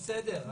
בסדר,